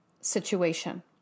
situation